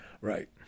right